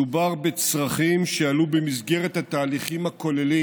מדובר בצרכים שעלו במסגרת התהליכים הכוללים